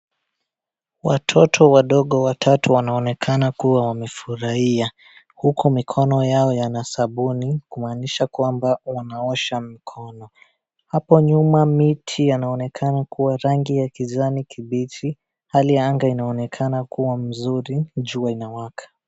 Watoto wadogo watatu wanaonekana kuwa wamefurahia, huku mikono yao yana sabuni, kumaanisha kwamba wanaosha mikono. Hapo nyuma miti yanaonekana kuwa rangi ya kijani kimbichi, hali ya anga inaonekana kuwa mzuri, jua inawaka.